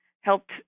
helped